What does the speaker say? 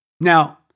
Now